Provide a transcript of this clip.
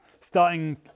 starting